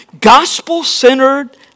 Gospel-centered